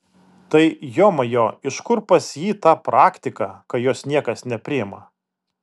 tai jomajo iš kur pas jį ta praktika kai jos niekas nepriima